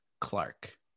Clark